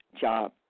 job